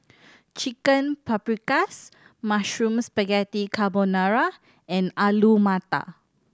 Chicken Paprikas Mushroom Spaghetti Carbonara and Alu Matar